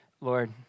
Lord